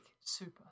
super